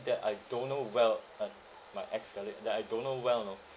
that I don't know well like my ex-colleague that I don't know well you know